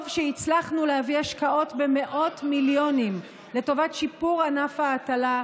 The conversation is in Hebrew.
טוב שהצלחנו להביא השקעות במאות מיליונים לטובת שיפור ענף ההטלה,